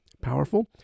powerful